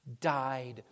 died